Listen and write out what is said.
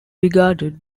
regarded